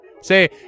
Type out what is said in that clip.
Say